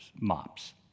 MOPs